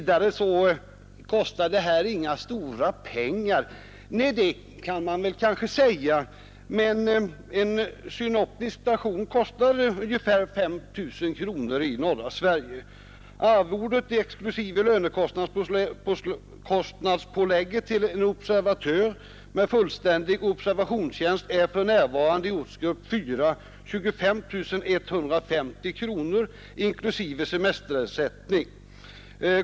Det kostar inga stora pengar, säger herr Lövenborg. En synoptisk station kostar ungefär 5 000 kronor i norra Sverige. Arvodet exklusive lönekostnadspålägget till en observatör med fullständig observationstjänst är för närvarande, inklusive semesterersättning, 25 150 kronor i ortsgrupp 4.